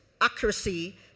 accuracy